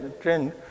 trend